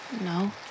No